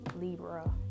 Libra